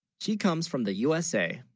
she comes from the usa